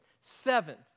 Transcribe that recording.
Seven